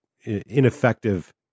ineffective